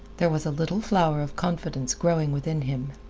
there was a little flower of confidence growing within him.